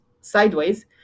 sideways